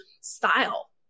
style